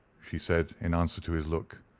she said, in answer to his look.